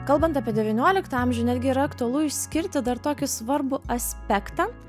kalbant apie devynioliktą amžių netgi yra aktualu išskirti dar tokį svarbų aspektą